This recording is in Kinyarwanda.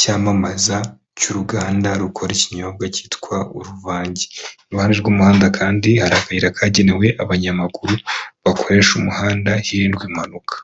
cyamamaza cy'uruganda rukora ikinyobwa cyitwa uruvange. Iruhande rw'umuhanda kandi hari akayira kagenewe abanyamaguru bakoresha umuhanda hirindwa impanuka.